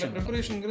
Preparation